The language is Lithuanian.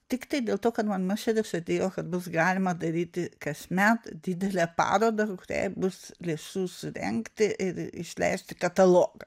tiktai dėl to kad mama širdį sudėjo kad bus galima daryti kasmet didelę parodą kuriai bus lėšų surengti ir išleisti katalogą